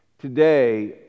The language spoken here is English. Today